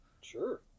Sure